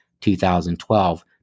2012